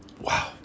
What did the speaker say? Wow